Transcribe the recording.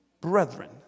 brethren